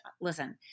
listen